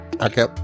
okay